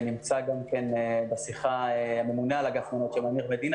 ונמצא גם כן בשיחה אמיר מדינה,